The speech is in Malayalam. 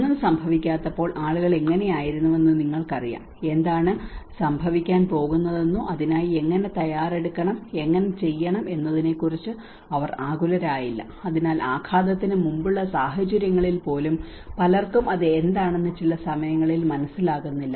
ഒന്നും സംഭവിക്കാത്തപ്പോൾ ആളുകൾ എങ്ങനെയായിരുന്നുവെന്ന് നിങ്ങൾക്കറിയാം എന്താണ് സംഭവിക്കാൻ പോകുന്നതെന്നോ അതിനായി എങ്ങനെ തയ്യാറെടുക്കണം എങ്ങനെ ചെയ്യണം എന്നതിനെക്കുറിച്ച് അവർ ആകുലരായില്ല അതിനാൽ ആഘാതത്തിന് മുമ്പുള്ള സാഹചര്യങ്ങളിൽ പോലും പലർക്കും അത് എന്താണെന്ന് ചില സമയങ്ങളിൽ മനസ്സിലാകുന്നില്ല